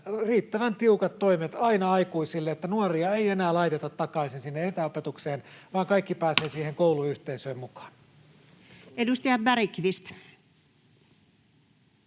riittävän tiukat toimet aina aikuisille eikä nuoria enää laiteta takaisin sinne etäopetukseen, vaan kaikki pääsevät siihen kouluyhteisöön mukaan. Edustaja Bergqvist.